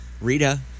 Rita